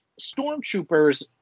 stormtroopers